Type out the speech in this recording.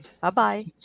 Bye-bye